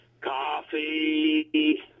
Coffee